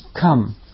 come